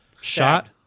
shot